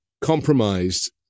compromised